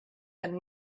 and